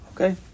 Okay